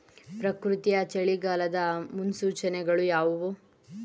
ಪ್ರಕೃತಿಯ ಚಳಿಗಾಲದ ಮುನ್ಸೂಚನೆಗಳು ಯಾವುವು?